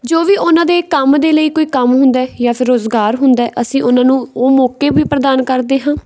ਜੋ ਵੀ ਉਹਨਾਂ ਦੇ ਕੰਮ ਦੇ ਲਈ ਕੋਈ ਕੰਮ ਹੁੰਦਾ ਜਾਂ ਫਿਰ ਰੁਜ਼ਗਾਰ ਹੁੰਦਾ ਅਸੀਂ ਉਹਨਾਂ ਨੂੰ ਉਹ ਮੌਕੇ ਵੀ ਪ੍ਰਦਾਨ ਕਰਦੇ ਹਾਂ